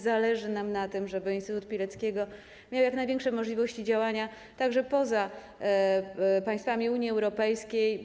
Zależy nam na tym, żeby Instytut Pileckiego miał jak największe możliwości działania także poza państwami Unii Europejskiej.